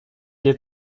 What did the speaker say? лет